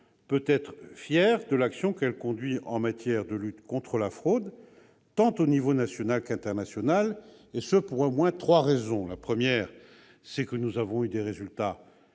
peut être fière de l'action qu'elle conduit en matière de lutte contre la fraude, tant au niveau national qu'au niveau international, pour au moins trois raisons. Premièrement, nous avons obtenu des résultats